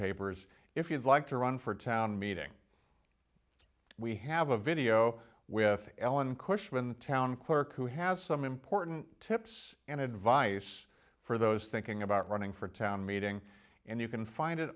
papers if you'd like to run for town meeting we have a video with ellen course from town clerk who has some important tips and advice for those thinking about running for town meeting and you can find it